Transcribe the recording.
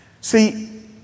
See